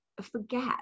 forget